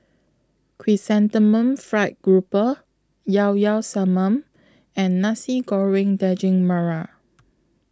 Chrysanthemum Fried Grouper Llao Llao Sanum and Nasi Goreng Daging Merah